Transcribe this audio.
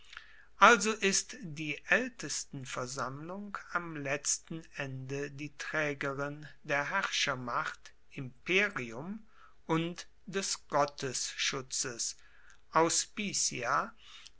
also ist diese aeltestenversammlung am letzten ende die traegerin der herrschermacht imperium und des gottesschutzes